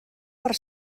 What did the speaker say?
per